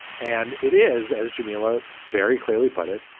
and it is, as jameela very clearly put it,